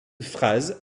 phrase